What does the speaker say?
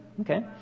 Okay